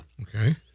Okay